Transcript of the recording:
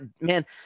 man